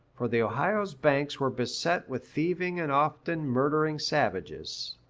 for the ohio's banks were beset with thieving and often murdering savages.